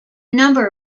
number